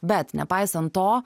bet nepaisant to